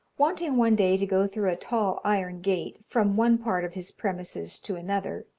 wanting one day to go through a tall iron gate, from one part of his premises to another,